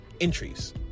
entries